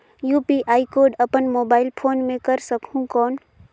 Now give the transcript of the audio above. UPI code अपन mobile phone मे कर सकहुं कौन?